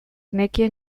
nekien